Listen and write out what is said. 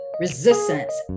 resistance